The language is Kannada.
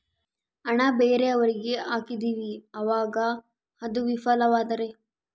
ಹಣ ಬೇರೆಯವರಿಗೆ ಹಾಕಿದಿವಿ ಅವಾಗ ಅದು ವಿಫಲವಾದರೆ?